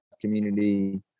community